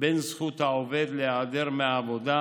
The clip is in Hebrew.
בין זכות העובד להיעדר מהעבודה